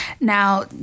Now